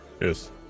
Yes